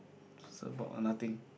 it's about uh nothing